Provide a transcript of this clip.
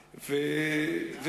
למדינה?